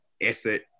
effort